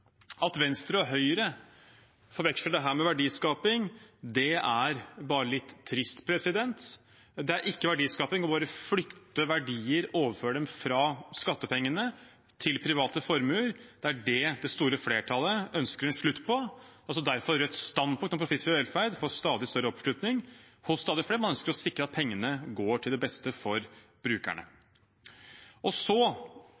At Venstre og Høyre forveksler dette med verdiskaping, er bare litt trist. Det er ikke verdiskaping å bare flytte verdier, overføre dem, fra skattepengene til private formuer. Det er det det store flertallet ønsker en slutt på, og det er derfor Rødts standpunkt om profitt på velferd får stadig større oppslutning hos stadig flere. Man ønsker å sikre at pengene går til det beste for brukerne.